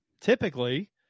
typically